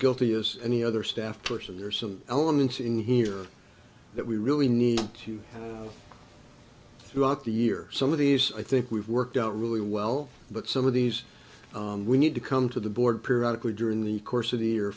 guilty as any other staff person there are some elements in here that we really need to you throughout the year some of these i think we've worked out really well but some of these we need to come to the board periodical during the course of the year